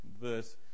verse